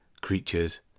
Creatures